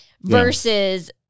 Versus